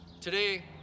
Today